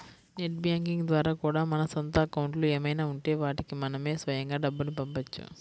net banking ద్వారా కూడా మన సొంత అకౌంట్లు ఏమైనా ఉంటే వాటికి మనమే స్వయంగా డబ్బుని పంపవచ్చు